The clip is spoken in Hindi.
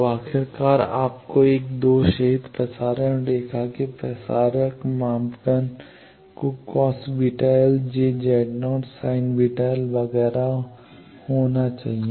तो आखिरकार आपको एक दोषरहित प्रसारण रेखा के प्रसारण मापदंड को cos βl j Z 0 sin βl वगैरह होना चाहिए